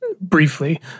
briefly